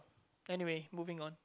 anyway moving on